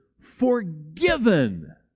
forgiven